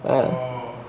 mm